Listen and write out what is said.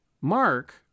Mark